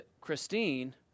Christine